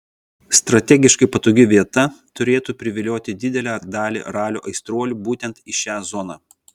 strategiškai patogi vieta turėtų privilioti didelę dalį ralio aistruolių būtent į šią zoną